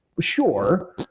Sure